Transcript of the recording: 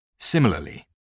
Similarly